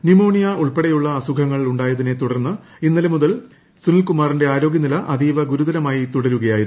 pneumonia ഉൾപ്പെടെയുള്ള അസുഖങ്ങൾ ഉണ്ടായതിനെ തുടർന്ന് ഇന്നലെ മുതൽ സുനിൽ കുമാറിന്റെ ആരോഗ്യനില അതീവഗുരുതരമായി തുടരുകയായിരുന്നു